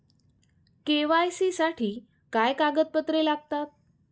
KYC साठी काय कागदपत्रे लागतात?